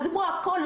עזבו הכול,